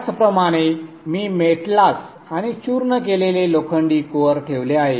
त्याचप्रमाणे मी मेटलास आणि चूर्ण केलेले लोखंडी कोअर ठेवले आहे